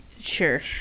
Sure